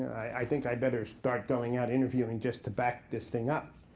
i think i'd better start going out interviewing just to back this thing up.